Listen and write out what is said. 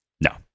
no